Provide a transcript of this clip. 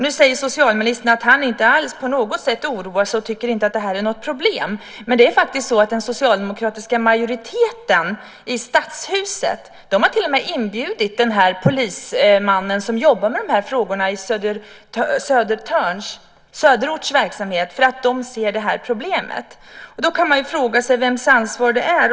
Nu säger socialministern att han inte på något sätt oroar sig och att han inte tycker att det här är något problem, men det är faktiskt så att den socialdemokratiska majoriteten i Stadshuset till och med har bjudit in den polisman som jobbar med de här frågorna i Söderorts verksamhet för att de ser det här problemet. Då kan man fråga sig vems ansvar det är.